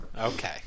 okay